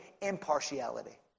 impartiality